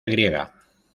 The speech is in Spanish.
griega